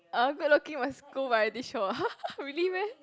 oh good looking must go variety show ah really meh